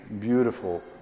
beautiful